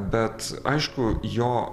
bet aišku jo